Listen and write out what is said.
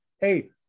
hey